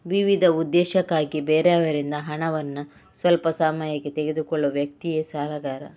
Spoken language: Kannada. ವಿವಿಧ ಉದ್ದೇಶಕ್ಕಾಗಿ ಬೇರೆಯವರಿಂದ ಹಣವನ್ನ ಸ್ವಲ್ಪ ಸಮಯಕ್ಕೆ ತೆಗೆದುಕೊಳ್ಳುವ ವ್ಯಕ್ತಿಯೇ ಸಾಲಗಾರ